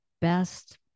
best